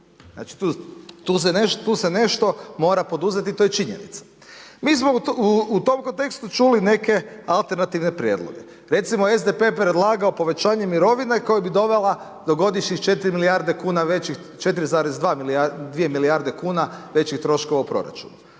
Znači tu se nešto mora poduzeti i to je činjenica. Mi smo u tom kontekstu čuli neke alternativne prijedloge. Recimo SDP je predlagao povećanje mirovine koja bi dovela do godišnjih 4 milijarde kuna većih, 4,2 milijarde kuna